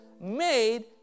made